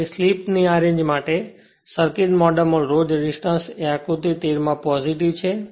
તેથી સ્લિપની આ રેન્જ માટે સર્કિટમોડેલમાં લોડ રેસિસ્ટન્સ એ આકૃતી 13 માં પોજીટીવ છે